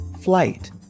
flight